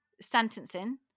sentencing